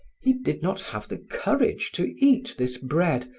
he did not have the courage to eat this bread,